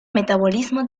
metabolismo